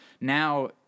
Now